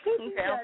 Okay